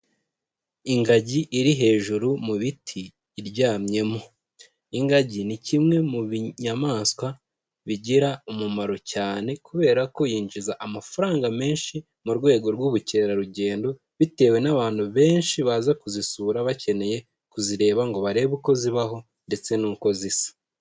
Ingagi iri hejuru mu biti iryamyemo. Ingagi ni kimwe mu binyamaswa bigira umumaro cyane kubera ko yinjiza amafaranga menshi mu rwego rw'ubukerarugendo, bitewe n'abantu benshi baza kuzisura bakeneye kuzireba ngo barebe uko zibaho ndetse nuko zisa.